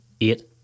Eight